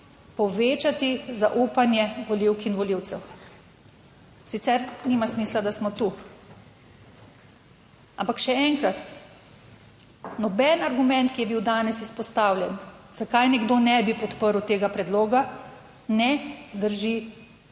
povečati zaupanje volivk in volivcev, sicer nima smisla, da smo tu. Ampak še enkrat, noben argument, ki je bil danes izpostavljen, zakaj nekdo ne bi podprl tega predloga, ne zdrži vode, je